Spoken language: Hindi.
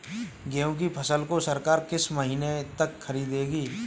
गेहूँ की फसल को सरकार किस महीने तक खरीदेगी?